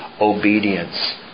obedience